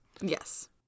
Yes